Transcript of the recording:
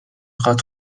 خواد